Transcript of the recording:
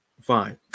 fine